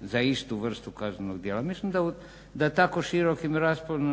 za istu vrstu kaznenog djela. Mislim da u tako širokom